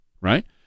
Right